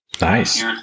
Nice